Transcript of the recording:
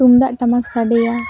ᱛᱩᱢᱫᱟᱜᱼᱴᱟᱢᱟᱠ ᱥᱟᱰᱮᱭᱟ